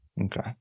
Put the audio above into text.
Okay